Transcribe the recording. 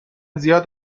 زیاد